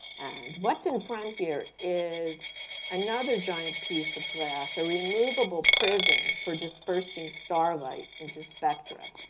and what's in front here is another giant piece of glass, a removable prism for dispersing starlight into spectra.